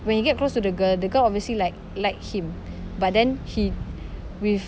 when you get close to the girl the girl obviously like like him but then he with